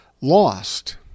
lost